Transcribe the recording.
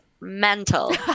mental